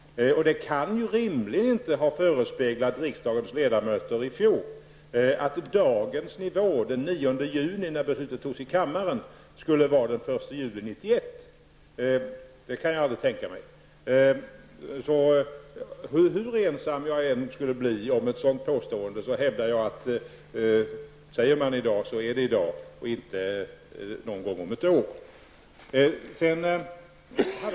Det kan rimligen inte har förespeglat riksdagens ledamöter i fjol att dagens nivå, dvs. den 9 juni när beslutet fattades i kammaren, skulle vara den 1 juli 1991. Det kan jag aldrig tänka mig. Hur ensam jag än skulle bli om ett sådant påstående hävdar jag, att säger man i dag så är det i dag och inte om ett år.